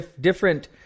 different